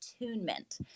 attunement